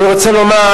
אני רוצה לומר,